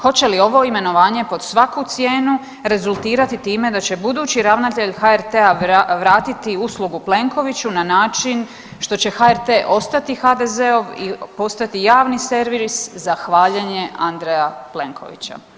Hoće li ovo imenovanje pod svaku cijenu rezultirati time da će budući ravnatelj HRT-a vratiti uslugu Plenkoviću na način što će HRT ostati HDZ-ov i postati javni servis za hvaljenje Andreja Plenkovića?